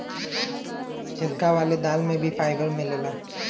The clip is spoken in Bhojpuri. छिलका वाले दाल में भी फाइबर मिलला